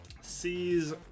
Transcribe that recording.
sees